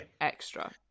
Extra